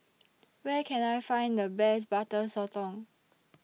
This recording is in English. Where Can I Find The Best Butter Sotong